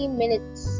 minutes